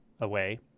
away